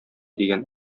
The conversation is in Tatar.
дигән